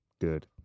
good